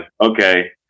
Okay